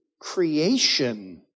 creation